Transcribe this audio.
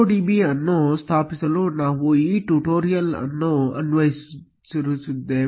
MongoDB ಅನ್ನು ಸ್ಥಾಪಿಸಲು ನಾವು ಈ ಟ್ಯುಟೋರಿಯಲ್ ಅನ್ನು ಅನುಸರಿಸಲಿದ್ದೇವೆ